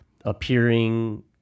appearing